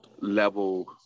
level